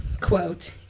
quote